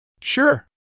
Sure